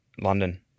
London